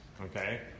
Okay